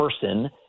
person